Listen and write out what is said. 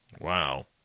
Wow